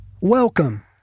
Welcome